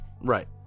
Right